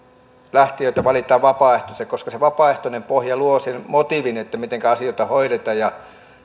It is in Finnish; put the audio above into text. lähtijöitä valitaan ennen kaikkea vapaaehtoisista koska se vapaaehtoinen pohja luo sen motiivin mitenkä asioita hoidetaan ja